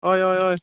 हय हय हय